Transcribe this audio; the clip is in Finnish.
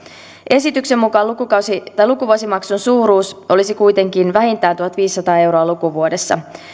esityksen mukaan lukuvuosimaksun suuruus olisi kuitenkin vähintään tuhatviisisataa euroa lukuvuodessa